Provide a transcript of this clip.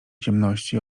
ciemności